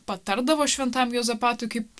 patardavo šventajam juozapatui kaip